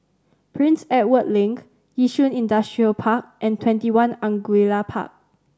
Prince Edward Link Yishun Industrial Park and TwentyOne Angullia Park